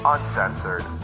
Uncensored